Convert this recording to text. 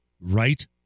Right